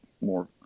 more